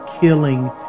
killing